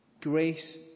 Grace